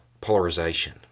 polarization